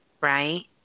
right